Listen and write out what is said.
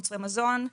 מוצרי מזון,